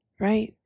right